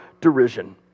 derision